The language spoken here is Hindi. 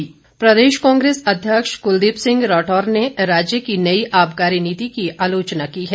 राठौर प्रदेश कांग्रेस अध्यक्ष कुलदीप सिंह राठौर ने राज्य की नई आबकारी नीति की आलोचना की है